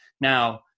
Now